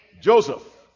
joseph